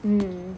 mm